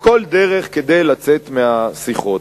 כל דרך לצאת מהשיחות.